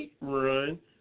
run